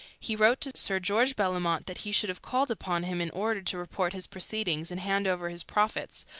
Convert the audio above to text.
he wrote to sir george bellomont that he should have called upon him in order to report his proceedings and hand over his profits,